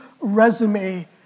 resume